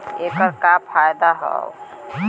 ऐकर का फायदा हव?